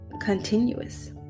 continuous